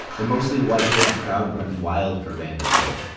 the mostly white-haired crowd went wild for van der touw.